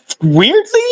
weirdly